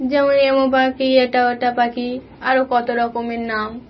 যেমন এমু পাখি এটা ওটা পাখি আরও কত রকমের নাম